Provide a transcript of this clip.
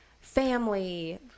family